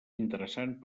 interessant